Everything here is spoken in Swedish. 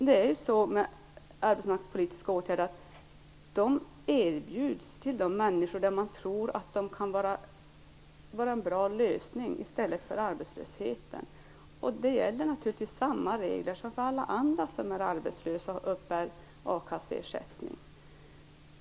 Det är ju så med arbetsmarknadspolitiska åtgärder att de erbjuds människor som man tror att de kan vara en bra lösning för i stället för arbetslöshet. Samma regler gäller naturligtvis som för alla andra som är arbetslösa och uppbär a-kasseersättning.